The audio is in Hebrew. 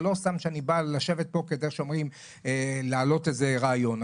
זה לא סתם שאני בא לשבת פה כפי שאומרים להעלות איזה רעיון.